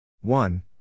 One